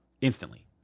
Instantly